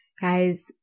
guys